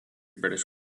british